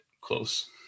close